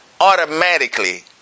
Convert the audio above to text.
Automatically